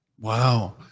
Wow